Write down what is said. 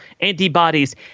antibodies